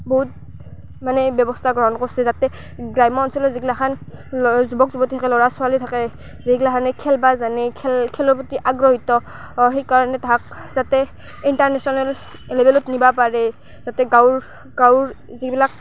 বহুত মানে ব্যৱস্থা গ্ৰহণ কৰ্ছে যাতে গ্ৰাম্য অঞ্চলৰ যিগিলাখান ল যুৱক যুৱতী থাকে ল'ৰা ছোৱালী থাকে যিগিলাখানে খেলবা জানে খেল খেলৰ ৰ্প্ৰতি আগ্ৰহীত অ' সেইকাৰণে তাহাক যাতে ইণ্টাৰনেচনেল লেভেলত নিবা পাৰে যাতে গাঁৱৰ গাঁৱৰ যিবিলাক